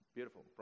Beautiful